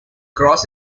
cross